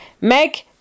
Meg